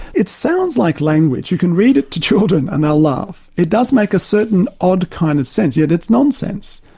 it sounds like language you can read it to children and they'll laugh it does make a certain odd kind of sense, yet it's non-sense.